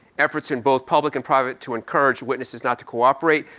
efforts in both public and private to encourage witnesses not to cooperate.